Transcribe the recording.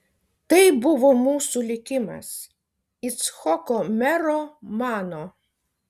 tai buvo mūsų likimas icchoko mero mano